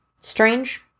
Strange